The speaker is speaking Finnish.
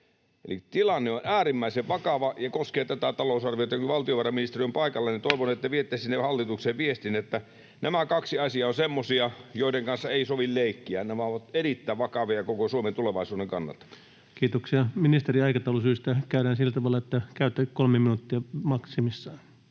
Eli tilanne on äärimmäisen vakava ja koskee tätä talousarviota. Kun valtiovarainministeri on paikalla, niin toivon, että viette sinne hallitukseen viestin, että nämä kaksi asiaa ovat semmoisia, joiden kanssa ei sovi leikkiä. Nämä ovat erittäin vakavia koko Suomen tulevaisuuden kannalta. Kiitoksia. — Ministerin aikataulusyistä tehdään sillä tavalla, että käytetään 3 minuuttia maksimissaan.